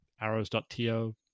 arrows.to